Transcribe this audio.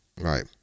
Right